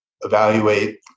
evaluate